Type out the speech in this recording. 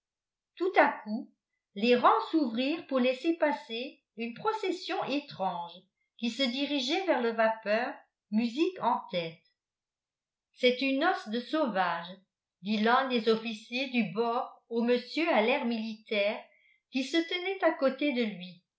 tout à coup les rangs s'ouvrirent pour laisser passer une procession étrange qui se dirigeait vers le vapeur musique en tête c'est une noce de sauvages dit l'un des officiers du bord au monsieur à l'air militaire qui se tenait à côté de lui